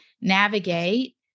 navigate